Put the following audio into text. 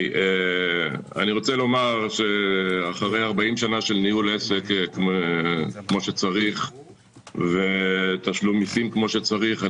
אחרי 40 שנה של ניהול עסק כמו שצריך ותשלום מיסים כמו שצריך,